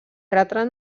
retrat